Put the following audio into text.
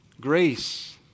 Grace